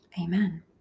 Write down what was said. Amen